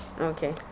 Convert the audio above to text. Okay